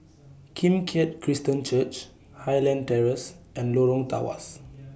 Kim Keat Christian Church Highland Terrace and Lorong Tawas